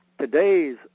today's